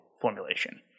formulation